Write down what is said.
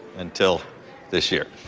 until this year.